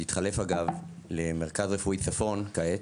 שהתחלף אגב למרכז רפואי צפון כעת,